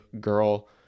girl